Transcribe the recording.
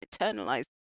eternalized